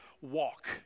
walk